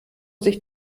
sich